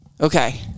Okay